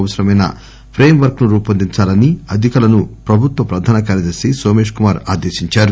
అవసరమైన framework ను రూపొందించాలని అధికారులను ప్రభుత్వ ప్రధాన కార్యదర్ని నోమేశ్ కుమార్ ఆదేశించారు